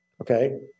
Okay